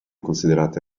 considerate